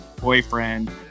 boyfriend